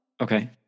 Okay